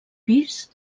pis